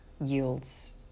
yields